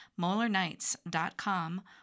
molarnights.com